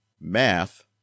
Math